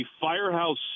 firehouse